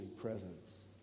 presence